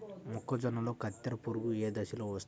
మొక్కజొన్నలో కత్తెర పురుగు ఏ దశలో వస్తుంది?